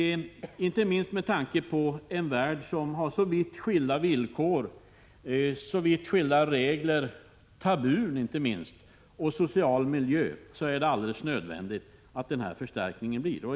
Inte minst med tanke på en värld som har så vitt skilda villkor, så vitt skilda regler — tabun inte minst — och social miljö är det alldeles nödvändigt med en förstärkning.